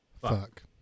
fuck